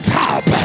top